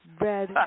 red